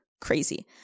Crazy